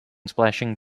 splashing